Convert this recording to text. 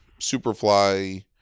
superfly